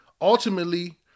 Ultimately